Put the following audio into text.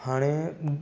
हाणे